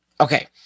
Okay